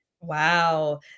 Wow